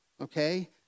Okay